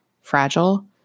fragile